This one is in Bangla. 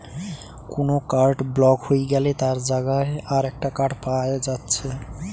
কুনো কার্ড ব্লক হই গ্যালে তার জাগায় আরেকটা কার্ড পায়া যাচ্ছে